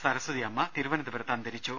സരസ്വതിഅമ്മ തിരുവനന്തപുരത്ത് അന്തരിച്ചു